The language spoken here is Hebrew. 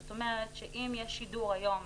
זאת אומרת שא ם יש שידור היום,